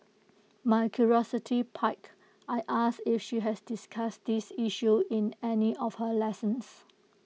my curiosity piqued I asked if she had discussed this issue in any of her lessons